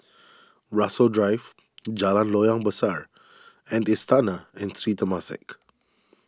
Rasok Drive Jalan Loyang Besar and Istana and Sri Temasek